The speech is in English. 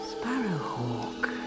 Sparrowhawk